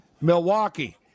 Milwaukee